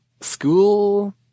school